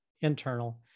internal